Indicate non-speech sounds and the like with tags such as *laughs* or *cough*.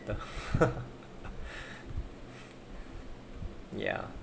~ter *laughs* ya